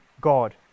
God